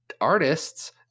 artists